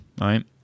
right